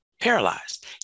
paralyzed